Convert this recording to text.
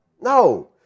No